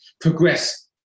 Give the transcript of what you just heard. progress